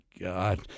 God